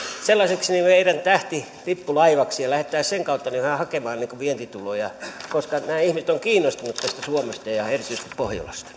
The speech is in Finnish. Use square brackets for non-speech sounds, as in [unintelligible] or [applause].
sellaiseksi meidän lippulaivaksi ja lähdettäisiin sen kautta vähän hakemaan vientituloja koska ihmiset ovat kiinnostuneet suomesta ja erityisesti pohjolasta [unintelligible]